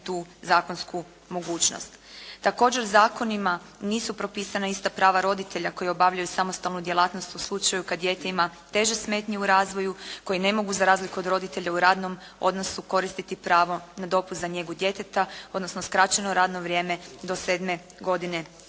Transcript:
tu zakonsku mogućnost. Također zakonima nisu propisana ista prava roditelja koja obavljaju samostalnu djelatnost u slučaju kada dijete ima teže smetnje u razvoju, koji ne mogu za razliku od roditelja u radnom odnosu koristiti pravo na dopust za njegu djeteta, odnosno skraćeno radno vrijeme do 7. godine